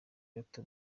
bato